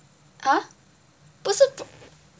ah 不是 pr~